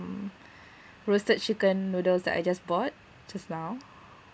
roasted chicken noodles that I just bought just now